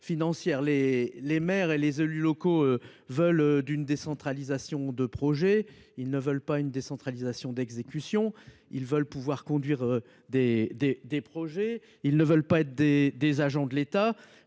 les maires et les élus locaux veulent d'une décentralisation de projets, ils ne veulent pas une décentralisation d'exécution. Ils veulent pouvoir conduire des des des projets, ils ne veulent pas des, des agents de l'État,